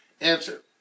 Answer